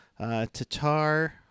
Tatar